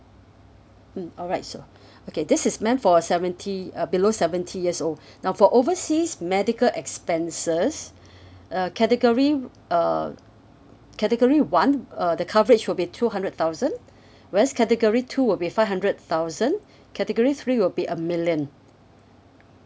mm alright so okay this is meant for seventy uh below seventy years old now for overseas medical expenses uh category uh category one uh the coverage will be two hundred thousand whereas category two will be five hundred thousand category three will be a million